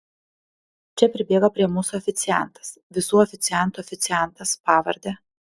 čia pribėga prie mūsų oficiantas visų oficiantų oficiantas pavarde